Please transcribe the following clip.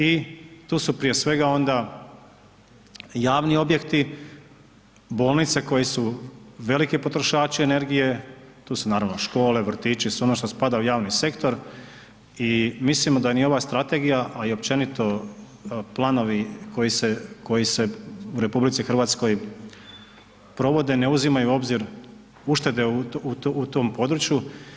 I tu su prije svega onda javni objekti, bolnice koje su veliki potrošači energije, tu su naravno škole, vrtići sve ono što spada u javni sektor i mislimo da ni ova strategija, a i općenito koji se, koji se u RH provode ne uzimaju u obzir uštede u tom podruju.